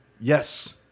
Yes